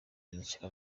munyeshyaka